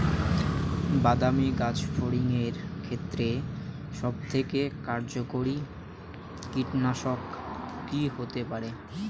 বাদামী গাছফড়িঙের ক্ষেত্রে সবথেকে কার্যকরী কীটনাশক কি হতে পারে?